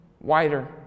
wider